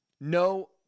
No